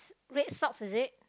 red socks is it